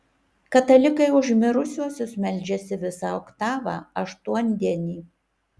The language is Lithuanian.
katalikai už mirusiuosius meldžiasi visą oktavą aštuondienį